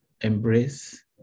embrace